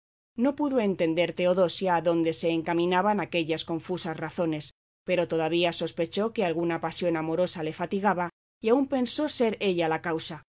no pudo entender teodosia adónde se encaminaban aquellas confusas razones pero todavía sospechó que alguna pasión amorosa le fatigaba y aun pensó ser ella la causa